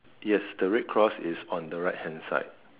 yes the red cross is on the right hand side